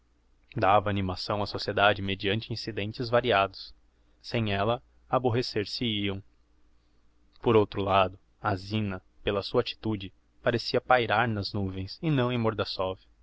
dava animação á sociedade mediante incidentes variados sem ella aborrecer se hiam por outro lado a zina pela sua attitude parecia pairar nas nuvens e não em